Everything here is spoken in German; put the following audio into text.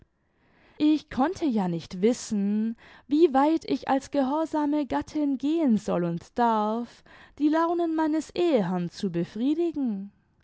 ich konnte ja nicht wissen wie weit ich als gehorsame gattin gehen soll und darf die launen meines eheherrn zu befriedigen